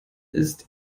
ist